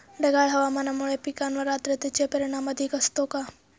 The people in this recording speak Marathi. ढगाळ हवामानामुळे पिकांवर आर्द्रतेचे परिणाम अधिक असतो का?